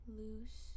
loose